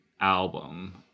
album